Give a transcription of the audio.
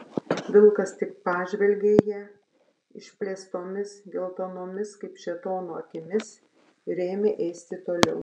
vilkas tik pažvelgė į ją išplėstomis geltonomis kaip šėtono akimis ir ėmė ėsti toliau